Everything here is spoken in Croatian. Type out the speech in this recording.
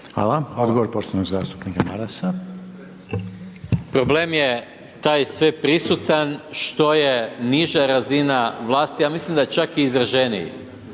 Hvala. Odgovor poštovanog zastupnika Marasa. **Maras, Gordan (SDP)** Problem je taj sve prisutan, što je niža razina vlasti, ja mislim, čak izraženiji.